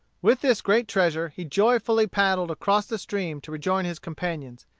with this great treasure he joyfully paddled across the stream to rejoin his companions.